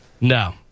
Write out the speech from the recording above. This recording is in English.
No